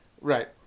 Right